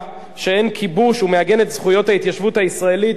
הישראלית הלגיטימיות ביהודה ושומרון,